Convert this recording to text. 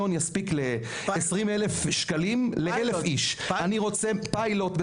שיספיקו ל-1,000 איש שיקבלו 20,000 ₪--- פיילוט.